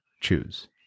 choose